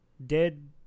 dead